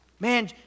Man